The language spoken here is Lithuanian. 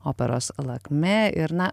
operos lakmė ir na